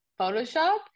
Photoshop